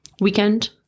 weekend